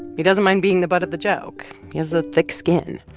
he doesn't mind being the butt of the joke. he has a thick skin.